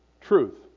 truth